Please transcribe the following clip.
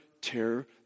tear